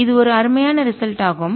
இது ஒரு அருமையான ரிசல்ட் ஆகும்